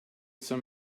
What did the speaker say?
some